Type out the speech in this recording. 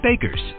Bakers